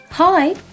Hi